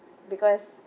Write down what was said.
because